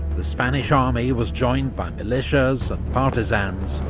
the spanish army was joined by militias and partisans,